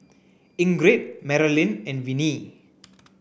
Ingrid Maralyn and Viney